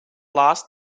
last